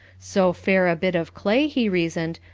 so fair a bit of clay, he reasoned,